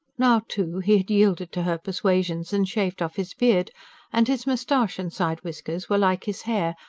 now, too, he had yielded to her persuasions and shaved off his beard and his moustache and side-whiskers were like his hair,